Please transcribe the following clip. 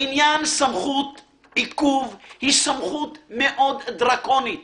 עניין סמכות עיכוב היא סמכות מאוד דרקונית